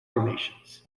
formations